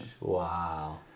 Wow